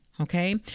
okay